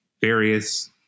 various